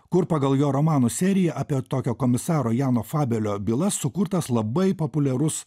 kur pagal jo romanų seriją apie tokio komisaro jano fabelio byla sukurtas labai populiarus